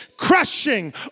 crushing